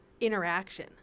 interaction